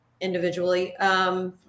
individually